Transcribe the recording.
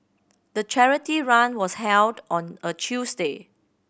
the charity run was held on a Tuesday